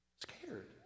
Scared